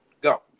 Go